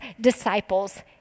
disciples